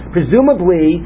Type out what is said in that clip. Presumably